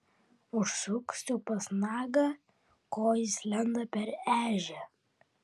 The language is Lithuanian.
užsuksiu pas nagą ko jis lenda per ežią